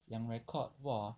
讲 record !wah!